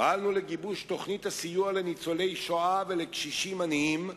פעלנו לגיבוש תוכנית הסיוע לניצולי השואה ולקשישים עניים,